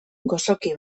gozoki